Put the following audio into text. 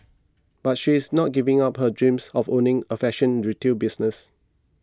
but she is not giving up her dreams of owning a fashion retail business